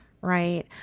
Right